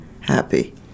happy